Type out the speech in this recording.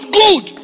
good